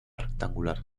rectangular